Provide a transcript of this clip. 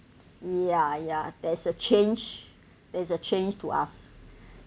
ya ya there's a change there's a change to us